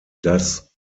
das